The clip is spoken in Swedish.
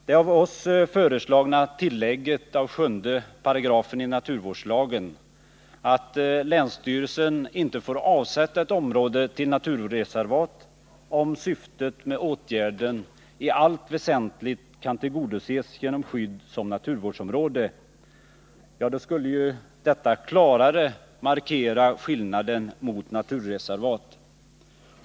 Det av oss föreslagna tillägget till 7 § naturvårdslagen, att länsstyrelsen inte får avsätta ett område till naturreservat om syftet med åtgärden i allt väsentligt kan tillgodoses genom att området i stället förklaras som naturvårdsområde, skulle ju klarare markera skillnaden mot naturreservat.